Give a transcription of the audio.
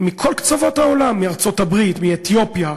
מכל קצוות העולם, מארצות-הברית, מאתיופיה,